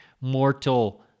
mortal